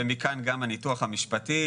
מכאן גם הניתוח המשפטי.